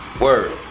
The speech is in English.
Word